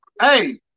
Hey